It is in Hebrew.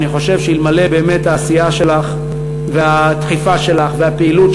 אני חושב שאלמלא באמת העשייה שלך והדחיפה שלך והפעילות